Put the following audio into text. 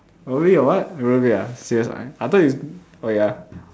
probably your what rollerblade ah serious man I thought you oh ya